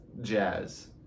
jazz